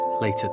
later